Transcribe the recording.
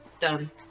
Done